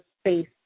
Space